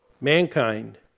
mankind